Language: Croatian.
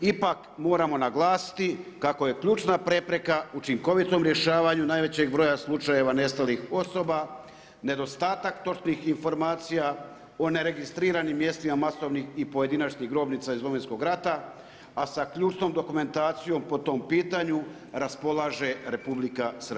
Ipak moramo naglasiti kako je ključna prepreka učinkovitom rješavanje najvećeg broja slučajeva nestali osoba, nedostatak točnih informacija o neregistriranim mjestima masovnim i pojedinačnih grobnica iz Domovinskog rata, a sa ključnom dokumentacijom po tom pitanju raspolaže Republika Srbija.